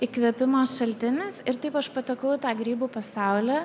įkvėpimo šaltinis ir taip aš patekau į tą grybų pasaulį